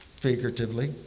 figuratively